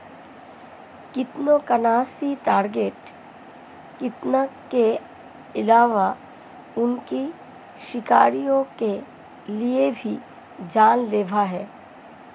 कृन्तकनाशी टारगेट कृतंक के अलावा उनके शिकारियों के लिए भी जान लेवा हैं